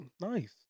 nice